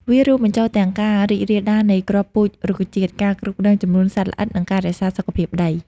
វារួមបញ្ចូលទាំងការរីករាលដាលនៃគ្រាប់ពូជរុក្ខជាតិ ការគ្រប់គ្រងចំនួនសត្វល្អិត និងការរក្សាសុខភាពដី។